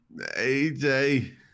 AJ